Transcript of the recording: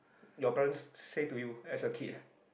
your parents say to you as a kid